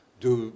de